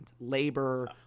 labor